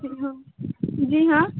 جی ہاں جی ہاں